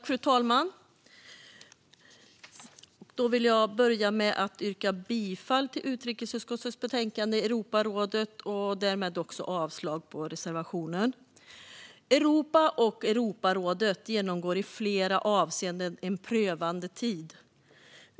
Fru talman! Jag vill börja med att yrka bifall till förslaget i utrikesutskottets betänkande om Europarådet och därmed avslag på reservationen. Europa och Europarådet genomgår i flera avseenden en prövande tid.